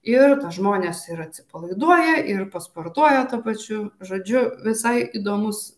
ir žmonės ir atsipalaiduoja ir pasportuoja tuo pačiu žodžiu visai įdomus